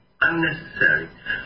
unnecessary